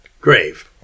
grave